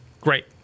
great